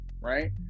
right